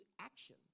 action